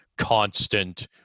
constant